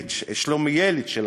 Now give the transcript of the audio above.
השלומיאלית שלכם,